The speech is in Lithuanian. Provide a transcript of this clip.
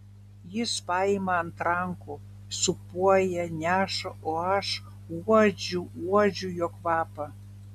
jis paima ant rankų sūpuoja neša o aš uodžiu uodžiu jo kvapą